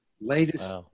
Latest